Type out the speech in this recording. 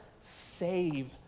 save